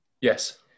Yes